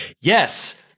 Yes